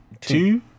two